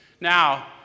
Now